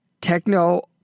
Techno